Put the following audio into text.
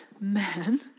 man